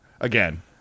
Again